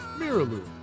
mirrolure,